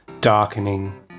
darkening